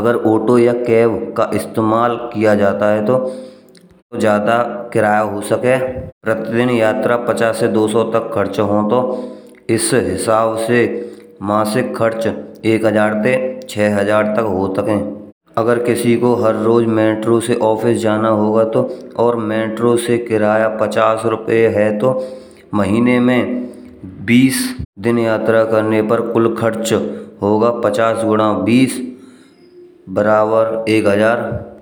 अगर ऑटो या कैब का इस्तेमाल करा जाता है तो ज्यादा किराया हो सके। प्रतिदिन यात्रा में पचास से दो सौ रुपये तक खर्चा होता है। इस हिसाब से मासिक खर्च एक हज़ार ते छह हज़ार तक हो सके। अगर किसी को हर रोज मेट्रो से ऑफिस जाना होवे। तो मेट्रो से किराया पचास रुपये है तो। महीने में बीस दिन यात्रा करने पर खर्च होगा कुल (पचास गुणा बीस बराबर एक हज़ार)।